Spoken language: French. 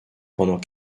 pendant